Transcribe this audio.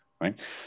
right